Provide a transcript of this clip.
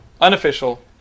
Unofficial